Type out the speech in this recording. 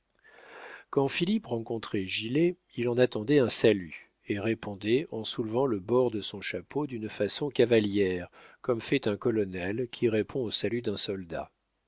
philippe rencontrait gilet il en attendait un salut et répondait en soulevant le bord de son chapeau d'une façon cavalière comme fait un colonel qui répond au salut d'un soldat